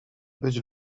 być